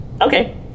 Okay